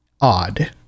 odd